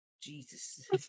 Jesus